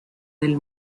del